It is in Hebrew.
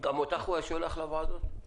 -- גם אותם הוא היה שולח לוועדות?